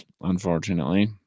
unfortunately